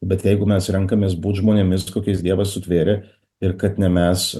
bet jeigu mes renkamės būt žmonėmis kokiais dievas sutvėrė ir kad ne mes